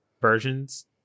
versions